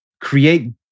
create